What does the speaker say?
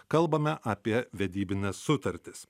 kalbame apie vedybines sutartis